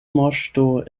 moŝto